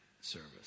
service